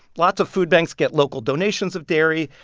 lots of food banks get local donations of dairy.